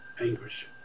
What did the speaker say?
anguish